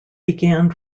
began